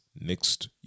next